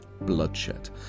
bloodshed